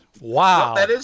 Wow